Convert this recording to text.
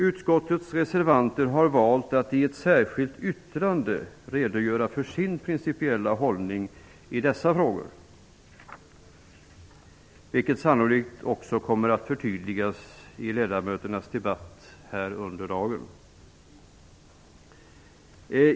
Vi reservanter har valt att i ett särskilt yttrande redogöra för vår principiella hållning i dessa frågor, vilket sannolikt också kommer att förtydligas i ledamöternas debattinlägg under dagen.